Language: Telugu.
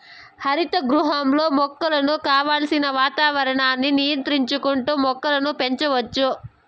హరిత గృహంలో మొక్కలకు కావలసిన వాతావరణాన్ని నియంత్రించుకుంటా మొక్కలను పెంచచ్చు